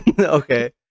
Okay